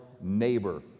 neighbor